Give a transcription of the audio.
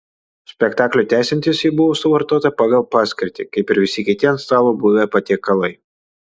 spektakliui tęsiantis ji buvo suvartota pagal paskirtį kaip ir visi kiti ant stalo buvę patiekalai